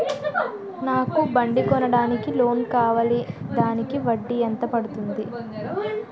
నాకు బండి కొనడానికి లోన్ కావాలిదానికి వడ్డీ ఎంత పడుతుంది?